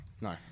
No